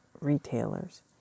retailers